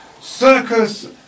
circus